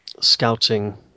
Scouting